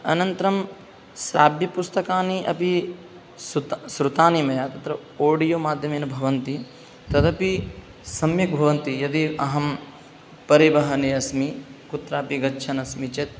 अनन्तरं श्राव्यपुस्तकानि अपि सृत् सृतानि मया तथा ओडियो माध्यमेन भवन्ति तदपि सम्यक् भवन्ति यदि अहं परिवहनेऽस्मि कुत्रापि गच्छन् अस्मि चेत्